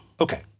okay